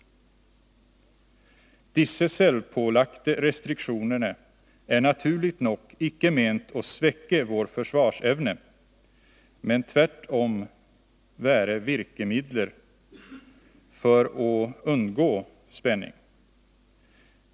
—-- Disse selvpålagte restriksjonene er naturlig nok ikke ment å svekke vår forsvarsevne, men tvert om vere virkemidler for å unngå spenning.